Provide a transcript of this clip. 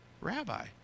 rabbi